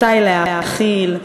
מתי להאכיל,